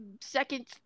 second